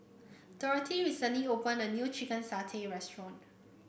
Dorathy recently opened a new Chicken Satay Restaurant